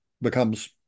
becomes